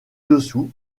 dessous